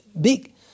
big